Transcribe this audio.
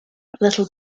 little